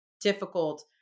difficult